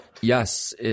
Yes